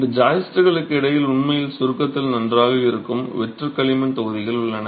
இந்த ஜாய்ஸ்ட்டுகளுக்கு இடையில் உண்மையில் சுருக்கத்தில் நன்றாக இருக்கும் வெற்று களிமண் தொகுதிகள் உள்ளன